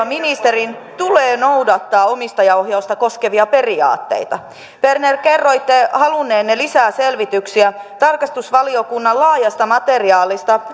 ministerin tulee noudattaa omistajaohjausta koskevia periaatteita berner kerroitte halunneenne lisäselvityksiä tarkastusvaliokunnan laajasta materiaalista